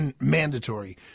mandatory